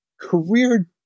career